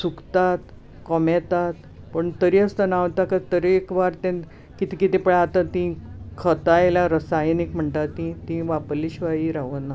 सुकतात कोमेतात पूण तरी आसतना हांव ताका तरेकवार ते कितें कितें पळय आतां तीं खतां आयल्या रसायनीक म्हणटा ती वापरले शिवाय रावना